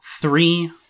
three